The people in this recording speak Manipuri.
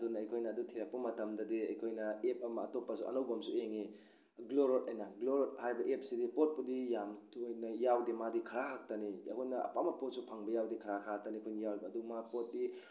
ꯑꯗꯨꯅ ꯑꯩꯈꯣꯏꯅ ꯑꯗꯨ ꯊꯤꯔꯛꯄ ꯃꯇꯝꯗꯗꯤ ꯑꯩꯈꯣꯏꯅ ꯑꯦꯞ ꯑꯃ ꯑꯇꯣꯞꯄꯁꯨ ꯑꯅꯧꯕ ꯑꯃꯁꯨ ꯌꯦꯡꯏ ꯒ꯭ꯂꯣꯔꯣꯠ ꯍꯥꯏꯅ ꯒ꯭ꯂꯣꯔꯣꯠ ꯍꯥꯏꯔꯤꯕ ꯑꯦꯞꯁꯤꯗꯤ ꯄꯣꯠꯄꯨꯗꯤ ꯌꯥꯝ ꯊꯣꯏꯅ ꯌꯥꯎꯗꯦ ꯃꯥꯗꯤ ꯈꯔ ꯈꯛꯇꯅꯤ ꯑꯩꯉꯣꯟꯗ ꯑꯄꯥꯝꯕ ꯄꯣꯠꯁꯨ ꯐꯪꯕ ꯌꯥꯎꯗꯦ ꯈꯔ ꯈꯔꯇꯅꯤ ꯃꯈꯣꯏꯅ ꯌꯥꯎꯔꯤꯕ ꯑꯗꯨ ꯃꯥ ꯄꯣꯠꯇꯤ